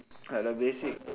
like the basic